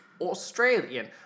Australian